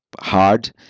Hard